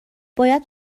باید